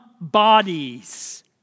bodies